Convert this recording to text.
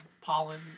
pollen